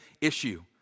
issue